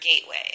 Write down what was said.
gateway